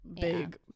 big